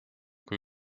kui